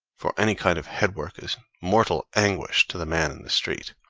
for any kind of headwork is mortal anguish to the man in the street.